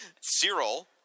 Cyril